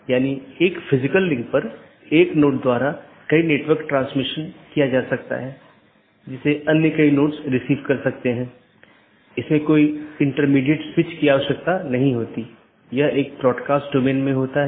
जैसे अगर मै कहूं कि पैकेट न 1 को ऑटॉनमस सिस्टम 6 8 9 10 या 6 8 9 12 और उसके बाद गंतव्य स्थान पर पहुँचना चाहिए तो यह ऑटॉनमस सिस्टम का एक क्रमिक सेट है